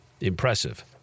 Impressive